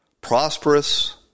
prosperous